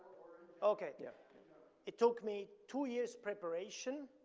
okay. yeah it took me two years preparation.